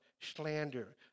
slander